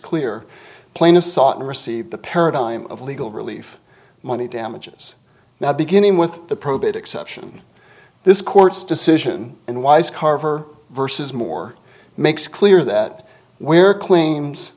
clear plaintiff sought and received the paradigm of legal relief money damages now beginning with the probate exception this court's decision in wise carver vs more makes clear that we are cl